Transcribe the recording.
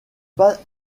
pas